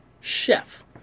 chef